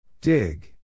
Dig